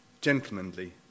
gentlemanly